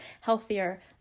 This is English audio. healthier